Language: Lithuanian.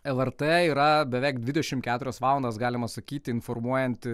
lrt yra beveik dvidešim keturias valandas galima sakyti informuojanti